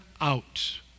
Out